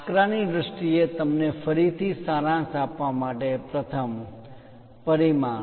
આંકડાની દ્રષ્ટિએ તમને ફરીથી સારાંશ આપવા માટે પ્રથમ પરિમાણ